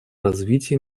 развитии